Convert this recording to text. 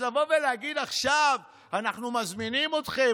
אז לבוא ולהגיד עכשיו: אנחנו מזמינים אתכם,